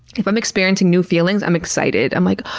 if i'm experiencing new feelings, i'm excited. i'm like,